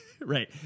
right